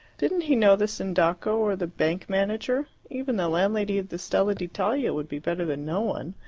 didn't he know the sindaco or the bank manager? even the landlady of the stella d'italia would be better than no one.